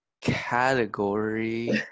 category